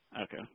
Okay